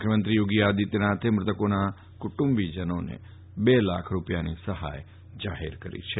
મુખ્યમંત્રી યોગી આદિત્યનાથે મૃતકોના કુટુંબીજનોને બે લાખ રૂપિયાની સફાય જાહેર કરી છે